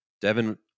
Devin